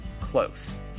close